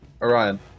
Orion